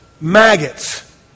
maggots